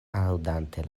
aŭdante